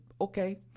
okay